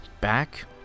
back